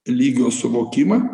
lygio suvokimą